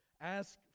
Ask